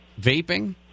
vaping